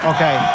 Okay